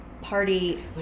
party